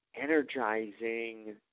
energizing